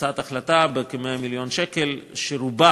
הצעת החלטה בסך כ-100 מיליון שקל, שרובה